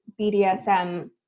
BDSM